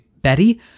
Betty